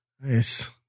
Nice